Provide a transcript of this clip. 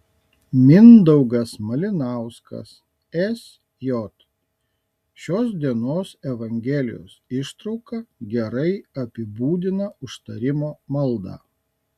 mindaugas malinauskas sj šios dienos evangelijos ištrauka gerai apibūdina užtarimo maldą